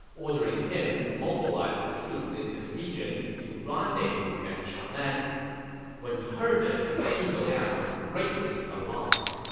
ordering him to mobilize the troops in his region to rendezvous at chang'an when when he heard this, zhuge liang was greatly alarmed.